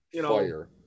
Fire